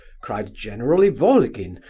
cried general ivolgin,